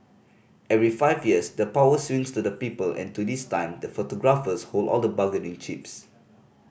every five years the power swings to the people and to this time the photographers hold all the bargaining chips